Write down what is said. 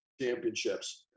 championships